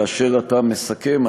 כאשר אתה מסכם,